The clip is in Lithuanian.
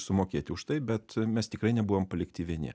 sumokėti už tai bet mes tikrai nebuvom palikti vieni